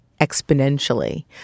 exponentially